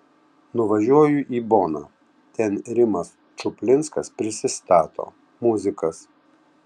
nuvažiuoju į boną ten rimas čuplinskas prisistato muzikas